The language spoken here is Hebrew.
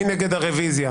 מי נגד הרוויזיה?